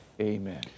amen